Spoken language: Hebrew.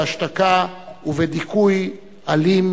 בהשתקה ובדיכוי אלים.